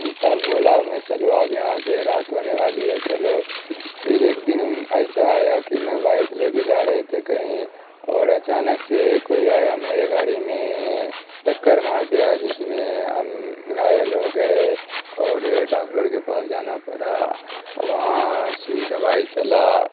تب بولا میں چلو اب یہاں سے رات ہونے والی ہے چلو پھر ایک دن ایسا آیا کہ میں بائک لے کے جا رہے تھے کہیں اور اچانک سے کوئی آیا میرے گاڑی میں ٹکر مار دیا جس میں ہم گھائل ہو گئے اور ڈاکٹر کے پاس جانا پڑا وہاں سوئی دوائی چلا